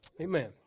Amen